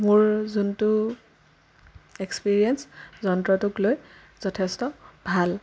মোৰ যিটো এক্সপিৰিয়েঞ্চ যন্ত্ৰটোক লৈ যথেষ্ট ভাল